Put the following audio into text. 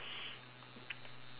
uh